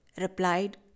replied